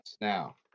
now